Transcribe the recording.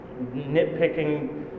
nitpicking